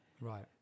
Right